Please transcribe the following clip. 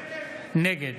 נגד